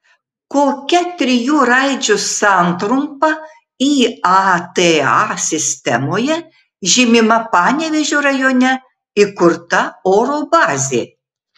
kokia trijų raidžių santrumpa iata sistemoje žymima panevėžio rajone įkurta oro bazė